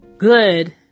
good